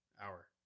Hour